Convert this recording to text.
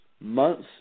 months